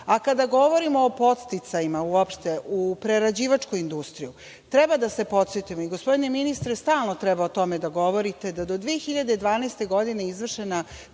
govorimo o podsticajima, uopšte, u prerađivačkoj industriji, treba da se podsetimo i, gospodine ministre, stalno o tome treba da govorite, da do 2012. godine izvršena